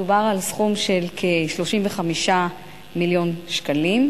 מדובר על סכום של כ-35 מיליון שקלים.